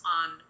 on